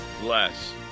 bless